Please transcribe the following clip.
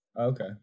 Okay